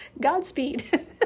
Godspeed